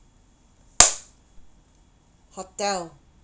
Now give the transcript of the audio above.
hotel